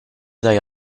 they